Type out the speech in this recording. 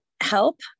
help